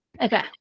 Okay